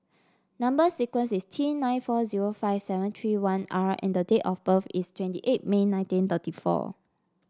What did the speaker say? number sequence is T nine four zero five seven three one R and the date of birth is twenty eight May nineteen thirty four